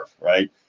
Right